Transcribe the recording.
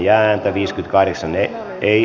tarkoitukseni oli äänestää ei